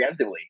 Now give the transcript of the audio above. preemptively